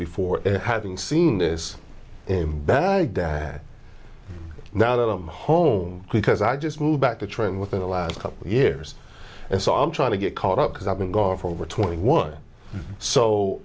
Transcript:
before having seen this in baghdad now that i'm home because i just moved back to trend within the last couple of years and so i'm trying to get caught up because i've been gone for over twenty one so